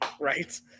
Right